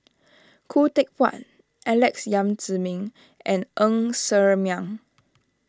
Khoo Teck Puat Alex Yam Ziming and Ng Ser Miang